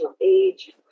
age